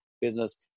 business